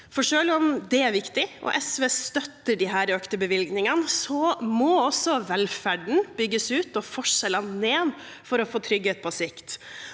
– SV støtter disse økte bevilgningene – må også velferden bygges ut og forskjellene ned for å få trygghet på sikt.